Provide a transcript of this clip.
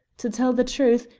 to tell the truth,